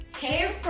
hey